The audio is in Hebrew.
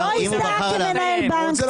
הוא לא הזדהה כמנהל בנק.